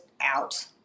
out